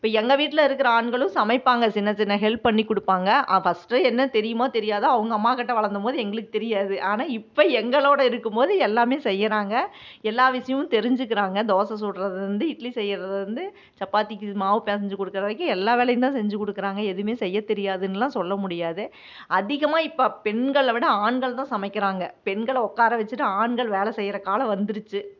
இப்போ எங்கள் வீடடில் இருக்கிற ஆண்களும் சமைப்பாங்க சின்ன சின்ன ஹெல்ப் பண்ணி கொடுப்பாங்க ஃபர்ஸ்ட்டு என்ன தெரியுமோ தெரியாதோ அவங்க அம்மாகிட்ட வளர்ந்தம் போது எங்களுக்கு தெரியாது ஆனால் இப்போ எங்களோடு இருக்கும் போது எல்லாமே செய்கிறாங்க எல்லா விஷயமும் தெரிஞ்சுக்கிறாங்க தோசை சுடறதுலருந்து இட்லி செய்யிறதுலருந்து சப்பாத்திக்கு மாவு பிசஞ்சி கொடுக்குற வரைக்கும் எல்லா வேலையும்தான் செஞ்சு கொடுக்குறாங்க எதுவுமே செய்ய தெரியாதுனெலாம் சொல்ல முடியாது அதிகமாக இப்போ பெண்களை விட ஆண்கள் தான் சமைக்கிறாங்க பெண்களை உட்கார வெச்சுட்டு ஆண்கள் வேலை செய்கிற காலம் வந்திருச்சு